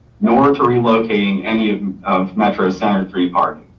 nor to relocating any of metro center three park.